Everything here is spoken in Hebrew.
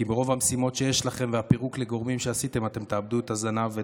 כי ברוב המשימות שיש לכם והפירוק לגורמים שעשיתם אתם תאבדו את הזנב,